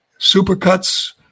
Supercuts